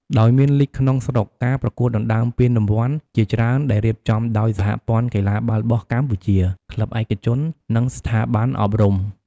ដោយមានលីគក្នុងស្រុក ការប្រកួតដណ្តើមពានរង្វាន់ជាច្រើនដែលរៀបចំដោយសហព័ន្ធកីឡាបាល់បោះកម្ពុជា ក្លឹបឯកជន និងស្ថាប័នអប់រំ។